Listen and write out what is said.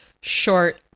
short